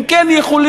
הם כן יכולים,